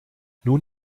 nun